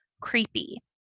creepy